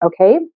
okay